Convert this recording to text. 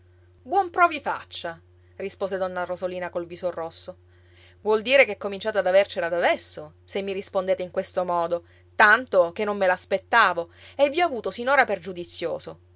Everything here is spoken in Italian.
prò vi faccia rispose donna rosolina col viso rosso vuol dire che cominciate ad avercela d'adesso se mi rispondete in questo modo tanto che non me l'aspettavo e vi ho avuto sinora per giudizioso